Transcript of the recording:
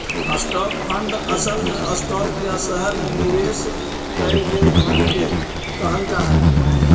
stock fund असल में stock या शहर में निवेश कैल गेल धन के कहल जा हई